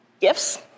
gifts